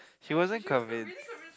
she wasn't convinced